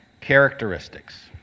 characteristics